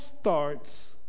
starts